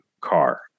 car